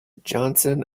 johnson